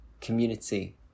community